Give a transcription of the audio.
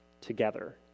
together